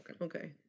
okay